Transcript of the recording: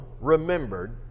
remembered